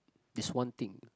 this one thing